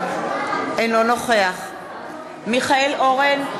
אינו נוכח מיכאל אורן,